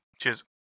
cheers